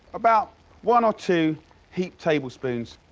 about one or two heaped tablespoons.